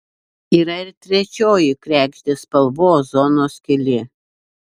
yra ir trečioji kregždės spalvų ozono skylė